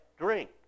drink